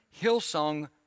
Hillsong